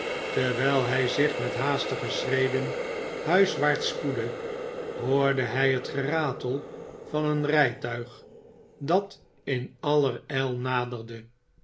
terwijl hij zich met haastige schreden huiswaarts spoedde hoorde hij het geratel van een rijtuig dat in allerijl naderde